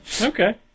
Okay